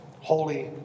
holy